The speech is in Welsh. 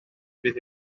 bydd